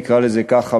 נקרא לזה ככה,